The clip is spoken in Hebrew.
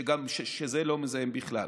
שזה לא מזהם בכלל.